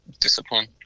discipline